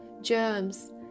germs